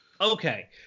Okay